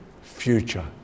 future